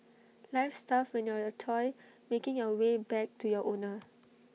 life's tough when you're A toy making your way back to your owner